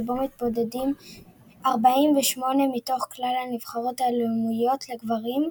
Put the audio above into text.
שבו מתמודדות 48 מתוך כלל הנבחרות הלאומיות לגברים,